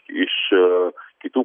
iš kitų